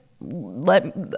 Let